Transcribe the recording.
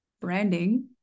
branding